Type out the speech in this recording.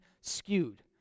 skewed